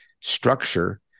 structure